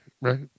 Right